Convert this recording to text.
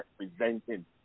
representing